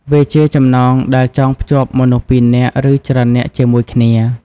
វាជាចំណងដែលចងភ្ជាប់មនុស្សពីរនាក់ ឬច្រើននាក់ជាមួយគ្នា។